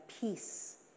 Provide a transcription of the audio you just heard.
peace